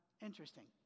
interesting